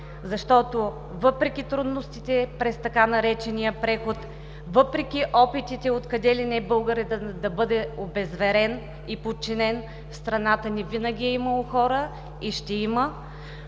Защото въпреки трудностите през така наречения „преход“, въпреки опитите, откъде ли не българинът да бъде обезверен и подчинен, в страната ни винаги е имало и ще има